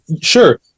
sure